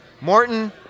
Morton